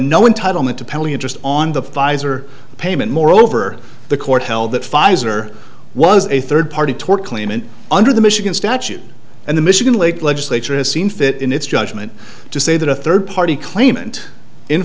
no entitle me to pay any interest on the pfizer payment moreover the court held that pfizer was a third party tort claimant under the michigan statute and the michigan lake legislature has seen fit in its judgment to say that a third party claimant in